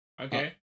Okay